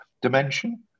dimension